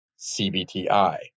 CBTI